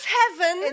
heaven